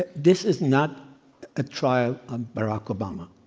but this is not a trial on barack obama.